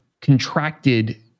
contracted